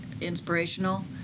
inspirational